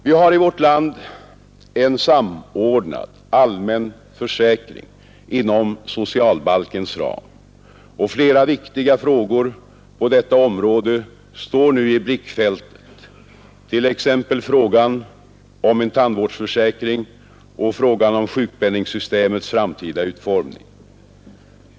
Vi har i vårt land en samordnad allmän försäkring inom socialbalkens ram, och flera viktiga frågor på detta område står nu i blickfältet, t.ex. frågan om en tandvårdsförsäkring och frågan om sjukpenningsystemets framtida utformning.